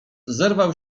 zerwał